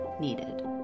needed